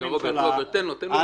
ראש הממשלה,